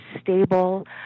stable